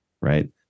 right